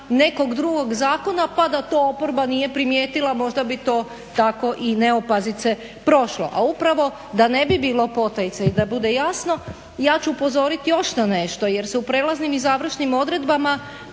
nekog drugog zakona pa da to oporba nije primijetila možda bi to tako i neopazice prošlo. A upravo da ne bi bilo potajice i da bude jasno ja ću upozoriti još na nešto jer se u prelaznim i završnim odredbama